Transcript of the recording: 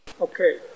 Okay